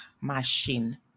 machine